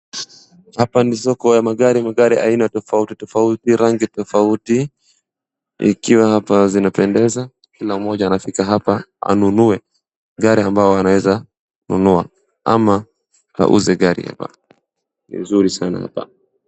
Hapa ni soko ya magari, magari aina tofauti tofauti rangi tofauti. Ikiwa hapa zinapendeza na mmoja anafika hapa anunue gari ambao anaeza nunua ama auze gari hapa, vizuri sana hapa.